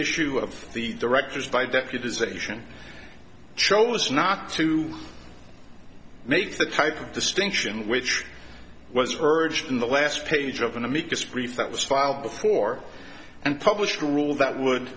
issue of the directors by deputies asian chose not to make the type of distinction which was urged in the last page of an amicus brief that was filed before and published a rule that would